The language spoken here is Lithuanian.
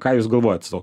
ką jūs galvojat sau